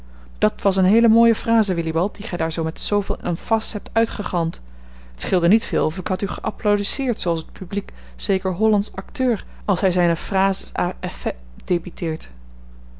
dat was eene heel mooie phrase willibald die gij daar met zooveel emphase hebt uitgegalmd het scheelde niet veel of ik had u geapplaudisseerd zooals het publiek zeker hollandsch acteur als hij zijne phrases